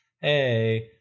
Hey